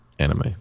anime